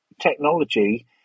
technology